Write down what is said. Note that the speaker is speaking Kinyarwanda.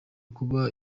kuba